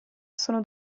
sono